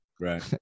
right